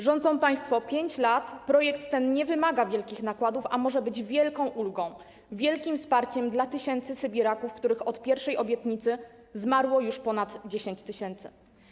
Rządzą państwo 5 lat, projekt ten nie wymaga wielkich nakładów, a może być wielką ulgą, wielkim wsparciem dla tysięcy sybiraków, których od pierwszej obietnicy zmarło już ponad 10 tys.